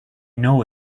know